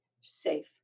safe